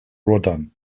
rodin